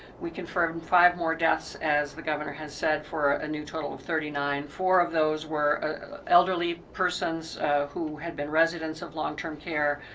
we confirmed five more deaths as the governor has said for a new total of thirty nine. four of those were elderly persons who had been residents of long-term care.